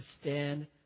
stand